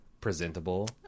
presentable